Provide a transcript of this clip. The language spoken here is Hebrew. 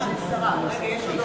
אני לא שר, אני שרה.